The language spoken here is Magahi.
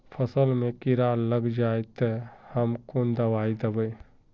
फसल में कीड़ा लग जाए ते, ते हम कौन दबाई दबे?